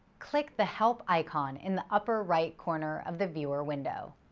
click the help icon in the upper right corner of the viewer window.